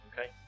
okay